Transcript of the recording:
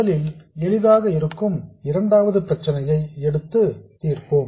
முதலில் எளிதாக இருக்கும் இரண்டாவது பிரச்சனையை எடுத்து தீர்ப்போம்